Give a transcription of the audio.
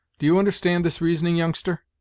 do you understand this reasoning, youngster?